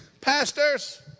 pastors